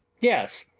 yes,